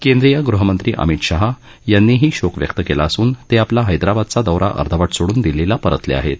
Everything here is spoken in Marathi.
केंद्रीय ग़हमंत्री अमित शाह यांनीही शोक व्यक्त काला असून त आपला हैदराबादचा दौरा अर्धवट सोडून दिल्लीला परतल आहव्व